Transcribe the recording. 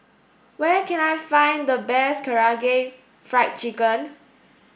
where can I find the best Karaage Fried Chicken